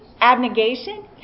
Abnegation